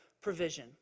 provision